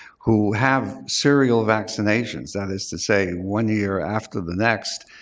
who have serial vaccinations, that is to say one year after the next,